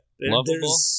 Lovable